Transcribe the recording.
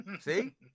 see